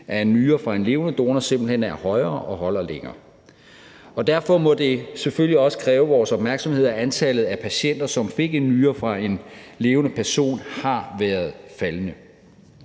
af en nyre fra en levende donor simpelt hen er højere og den holder længere. Derfor må det selvfølgelig også kræve vores opmærksomhed, at antallet af patienter, som får en nyre fra en levende person, har været faldende.